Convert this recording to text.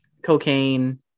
cocaine